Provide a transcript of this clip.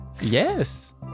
Yes